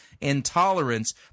intolerance